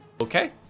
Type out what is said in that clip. Okay